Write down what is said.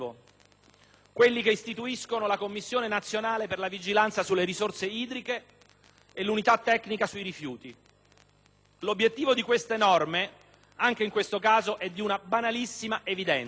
quelli che istituiscono la Commissione nazionale per la vigilanza sulle risorse idriche e l'Unità tecnica sui rifiuti. L'obiettivo di tali norme, anche in questo caso, è di banalissima evidenza: